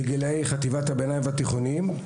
בגילי חטיבת הביניים והתיכונים.